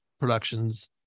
productions